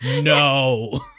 no